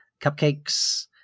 cupcakes